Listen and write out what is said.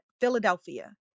Philadelphia